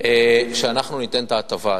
שאנחנו ניתן ההטבה הזאת.